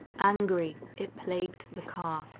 angry, it plagued the car,